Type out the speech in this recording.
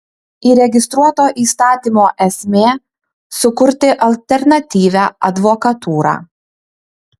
įregistruoto įstatymo esmė sukurti alternatyvią advokatūrą